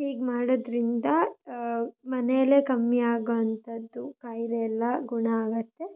ಹೀಗೆ ಮಾಡೋದ್ರಿಂದ ಮನೆಯಲ್ಲೇ ಕಮ್ಮಿ ಆಗೋವಂಥದ್ದು ಕಾಯಿಲೆ ಎಲ್ಲ ಗುಣ ಆಗುತ್ತೆ